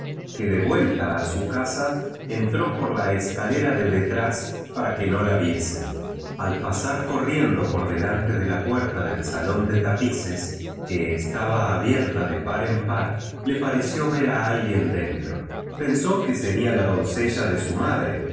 que de vuelta u u casa entró pur la escalera de detrás para que no la viesen al pasar corriendo por delante de la puer to del salón de tapices que estaba abierta de par en par le pareció ver a alguien den tro pensó que sería la doncella de su madre